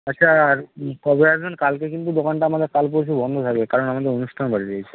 আচ্ছা আর কবে আসবেন কালকে কিন্তু দোকানটা আমাদের কাল পরশু বন্ধ থাকবে কারণ আমাদের অনুষ্ঠান বাড়ি রয়েছে